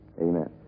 amen